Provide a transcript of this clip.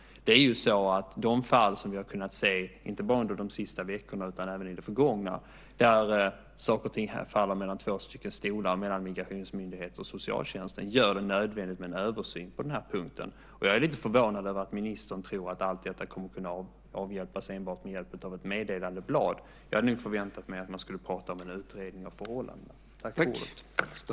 De fall som vi har kunnat se, inte bara under de senaste veckorna utan även i det förgångna, är att saker och ting faller mellan två stolar, mellan migrationsmyndigheter och socialtjänst. Det gör det nödvändigt med en översyn på den här punkten. Jag är lite förvånad över att ministern tror att allt detta kommer att kunna avhjälpas enbart med ett meddelandeblad. Jag hade nog förväntat mig att man skulle prata om en utredning av förhållandena.